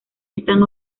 están